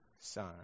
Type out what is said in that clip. son